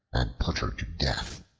and put her to death.